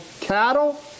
cattle